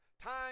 Time